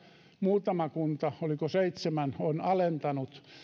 muutama kunta oliko seitsemän on alentanut